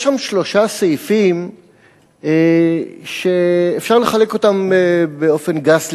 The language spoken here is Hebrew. יש שם שלושה סעיפים שאפשר לחלק אותם באופן גס לשניים: